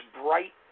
bright